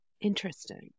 Interesting